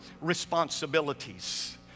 responsibilities